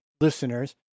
listeners